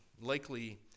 Likely